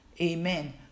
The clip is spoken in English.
Amen